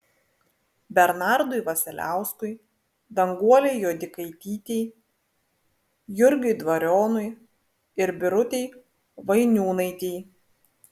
bernardui vasiliauskui danguolei juodikaitytei jurgiui dvarionui ir birutei vainiūnaitei